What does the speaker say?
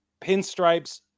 pinstripes